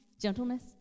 gentleness